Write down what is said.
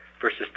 versus